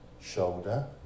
shoulder